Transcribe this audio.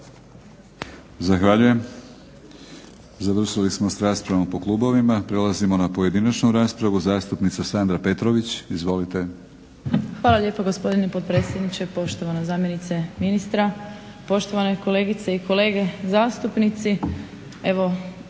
Zahvaljujem. Završili smo s raspravom po klubovima. Prelazimo na pojedinačnu raspravu. Zastupnica Sandra Petrović, izvolite. **Petrović Jakovina, Sandra (SDP)** Hvala lijepo gospodine potpredsjedniče, poštovana zamjenice ministra, poštovane kolegice i kolege zastupnici.